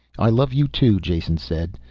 i love you, too, jason said.